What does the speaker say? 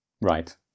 Right